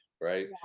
right